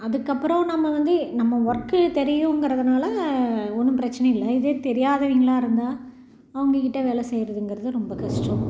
அதுக்கப்புறம் நம்ம வந்து நம்ம ஒர்க்கு தெரியும்கிறதுனால ஒன்றும் பிரச்சினை இல்லை இதே தெரியாதவைங்களாக இருந்தால் அவங்ககிட்ட வேலை செய்யுறதுங்கிறது ரொம்ப கஷ்டம்